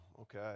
Okay